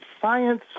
science